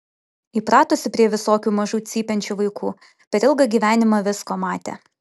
įpratusi prie visokių mažų cypiančių vaikų per ilgą gyvenimą visko matė